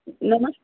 नमस्ते